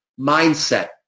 Mindset